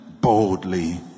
boldly